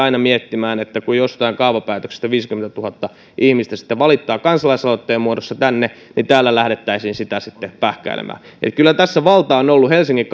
aina kun jostain kaavapäätöksestä viisikymmentätuhatta ihmistä valittaa kansalais aloitteen muodossa tänne täällä eduskunnan isossa salissa lähdettäisiin sitä sitten pähkäilemään eli kyllä tässä valta on ollut helsingin